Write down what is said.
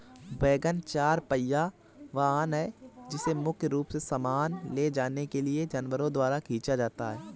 wagon एक चार पहिया वाहन है जिसे मुख्य रूप से सामान ले जाने के लिए जानवरों द्वारा खींचा जाता है